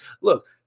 look